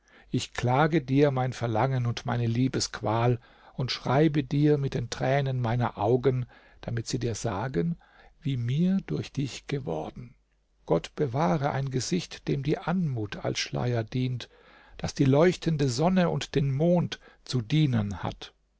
ich klage dir mein verlangen und meine liebesqual und schreibe dir mit den tränen meiner augen damit sie dir sagen wie mir durch dich geworden gott bewahre ein gesicht dem die anmut als schleier dient das die leuchtende sonne und den mond zu dienern hat